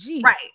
right